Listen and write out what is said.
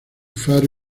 faro